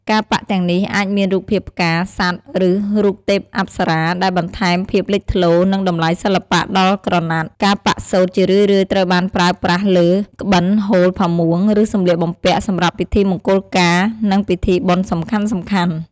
ការប៉ាក់ទាំងនេះអាចមានរូបភាពផ្កា សត្វ ឬរូបទេពអប្សរា ដែលបន្ថែមភាពលេចធ្លោ និងតម្លៃសិល្បៈដល់ក្រណាត់ ការប៉ាក់សូត្រជារឿយៗត្រូវបានប្រើប្រាស់លើ ក្បិន ហូលផាមួង ឬសំលៀកបំពាក់ សម្រាប់ពិធីមង្គលការ និងពិធីបុណ្យសំខាន់ៗ។